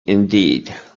indeed